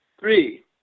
Three